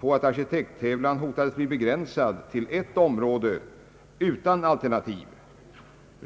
på att arkitekttävlan hotades bli begränsad till ett område — utan alternativ.